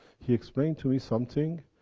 he explained to me something.